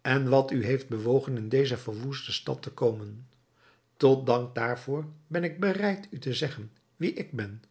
en wat u heeft bewogen in deze verwoeste stad te komen tot dank daarvoor ben ik bereid u te zeggen wie ik ben